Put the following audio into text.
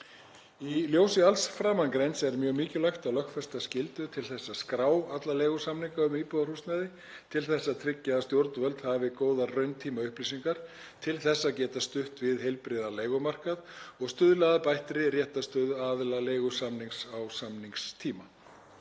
Í ljósi alls framangreinds er mjög mikilvægt að lögfesta skyldu til þess að skrá alla leigusamninga um íbúðarhúsnæði til þess að tryggja að stjórnvöld hafi góðar rauntímaupplýsingar til þess að geta stutt við heilbrigðan leigumarkað og stuðla að bættri réttarstöðu aðila leigusamnings á samningstíma.